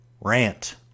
rant